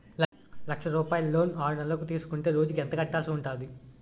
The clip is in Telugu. లక్ష రూపాయలు లోన్ ఆరునెలల కు తీసుకుంటే రోజుకి ఎంత కట్టాల్సి ఉంటాది?